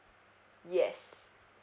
yes